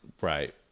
right